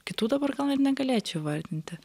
kitų dabar gal ir negalėčiau įvardinti